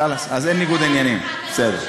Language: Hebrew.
חלאס, אז אין ניגוד עניינים, בסדר.